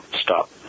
stop